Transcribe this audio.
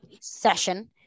session